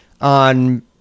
on